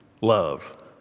love